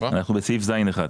אנחנו בסעיף (ז)(1).